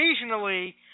occasionally